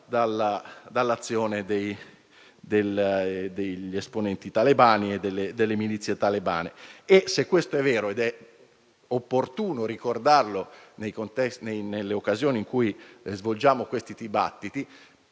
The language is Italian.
dall'azione degli esponenti talebani e delle milizie talebane. E se questo è vero, ed è opportuno ricordarlo nelle occasioni in cui svolgiamo questi dibattiti,